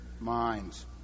minds